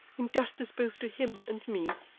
in justice both to him and me